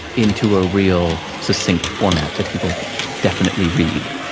into a real, succinct format, that he will definitely read?